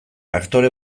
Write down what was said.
aktore